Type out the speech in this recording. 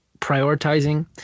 prioritizing